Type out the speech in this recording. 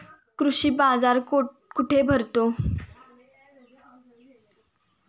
कृषी बाजार कुठे भरतो?